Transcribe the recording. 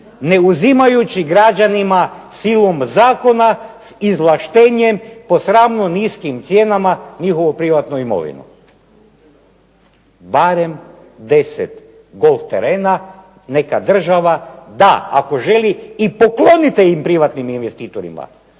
ne uzimajući građanima silom zakona, izvlaštenjem, po sramno niskim cijenama njihovu privatnu imovinu. Barem 10 golf terena neka država da, ako želi i poklonite im privatnim investitorima,